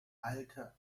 alte